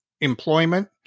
employment